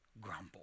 grumble